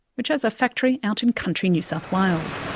which has a factory out in country new south wales.